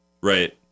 right